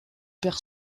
perd